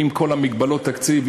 עם כל מגבלות התקציב,